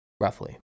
roughly